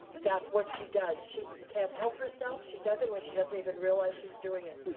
that's what she does, she can't help herself, she does it when she doesn't even realize she's doing it.